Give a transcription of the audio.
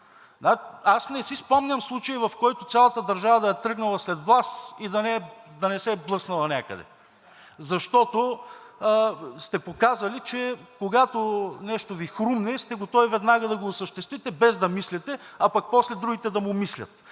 Аз не си спомням случай, в който цялата държава да е тръгнала след Вас и да не се е блъснала някъде. Защото сте показали, че когато нещо Ви хрумне, сте готови веднага да го осъществите, без да мислите, а пък после другите да му мислят.